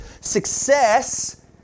Success